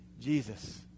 Jesus